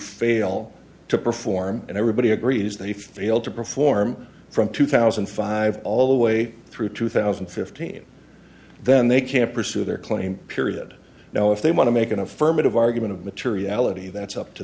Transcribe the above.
fail to perform and everybody agrees they fail to perform from two thousand and five all the way through two thousand and fifteen then they can pursue their claim period now if they want to make an affirmative argument of materiality that's up to